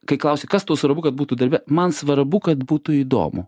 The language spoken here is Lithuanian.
kai klausi kas tau svarbu kad būtų darbe man svarbu kad būtų įdomu